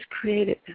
created